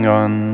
on